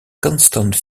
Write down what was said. constant